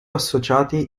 associati